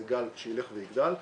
זה גל שילך ויגדל.